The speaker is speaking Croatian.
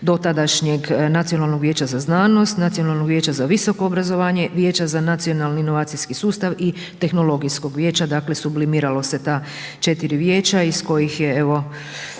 dotadašnjeg Nacionalnog vijeća za znanost, Nacionalnog vijeća za visoko obrazovanje, Vijeća za nacionalni i inovacijski sustav i tehnologijskog vijeća, dakle sublimiralo se ta 4 vijeća iz kojih je evo